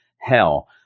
hell